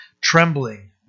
trembling